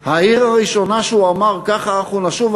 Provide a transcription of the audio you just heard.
העיר הראשונה שהוא אמר "ככה אנחנו נשוב",